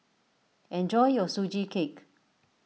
enjoy your Sugee Cake